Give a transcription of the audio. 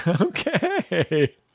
Okay